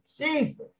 Jesus